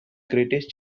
greatest